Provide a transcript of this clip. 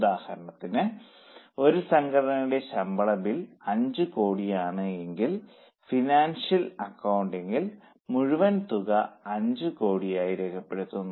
ഉദാഹരണത്തിന് ഒരു സംഘടനയുടെ ശമ്പള ബിൽ അഞ്ചുകോടിയാണെങ്കിൽ ഫിനാൻഷ്യൽ അക്കൌണ്ടിങ് മുഴുവൻ തുക അഞ്ചു കോടിയായി രേഖപ്പെടുത്തുന്നു